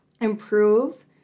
improve